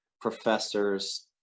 professors